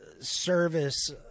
service